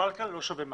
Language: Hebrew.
פלקל לא שווה מוות.